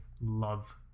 love